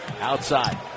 outside